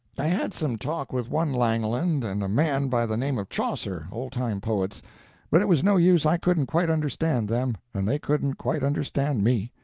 i had some talk with one langland and a man by the name of chaucer old-time poets but it was no use, i couldn't quite understand them, and they couldn't quite understand me.